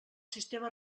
sistema